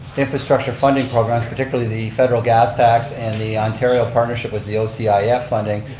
infrastructure funding programs, particularly the federal gas tax and the ontario partnership with the ocif funding,